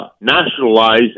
nationalize